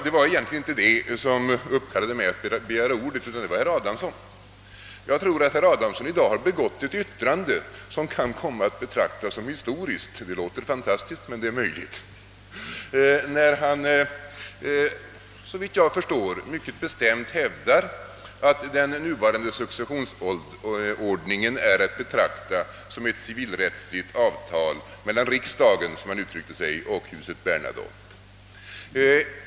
Det var emellertid inte detta som uppkallade mig att begära ordet, herr talman, utan det var ett yttrande av herr Adamsson. Jag tror att herr Adamsson i dag har begått ett yttrande som kan komma att betraktas som historiskt — det låter fantastiskt, men det är möjligt — när han mycket bestämt hävdar att den nuvarande successionsordningen är att betrakta som ett civilrättsligt avtal mellan riksdagen, såsom han uttryckte sig, och huset Bernadotte.